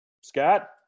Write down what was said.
Scott